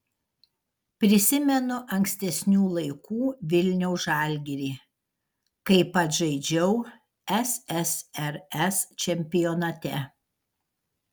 prisimenu ankstesnių laikų vilniaus žalgirį kai pats žaidžiau ssrs čempionate